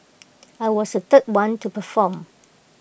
I was the third one to perform